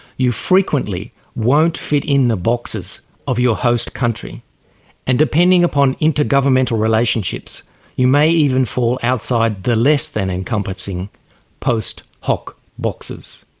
you frequently won't fit in the boxes of your host country and depending upon inter-governmental relationships you may even fall outside the less than encompassing post hoc boxes.